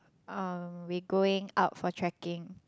uh we going out for trekking